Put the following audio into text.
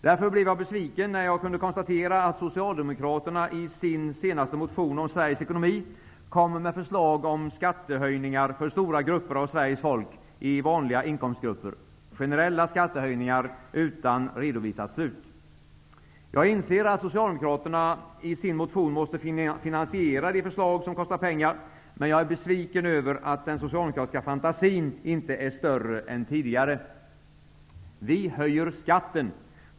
Därför blev jag besviken, när jag kunde konstatera att Socialdemokraterna i sin senaste motion om Sveriges ekonomi lade fram förslag om skattehöjningar för stora grupper av Sveriges folk i vanliga inkomstgrupper -- generella skattehöjningar utan redovisat slut. Jag inser att Socialdemokraterna i sin motion måste finansiera de förslag som kostar pengar, men jag är besviken över att den socialdemokratiska fantasin inte är större än tidigare. Vi höjer skatten.